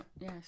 Yes